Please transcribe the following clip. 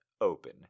open